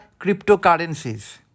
cryptocurrencies